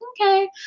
okay